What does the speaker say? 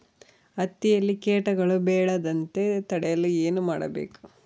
ಹತ್ತಿಯಲ್ಲಿ ಕೇಟಗಳು ಬೇಳದಂತೆ ತಡೆಯಲು ಏನು ಮಾಡಬೇಕು?